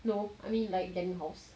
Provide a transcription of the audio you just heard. no I mean like dan house